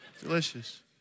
delicious